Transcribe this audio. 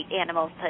animals